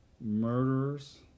murderers